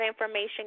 information